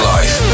Life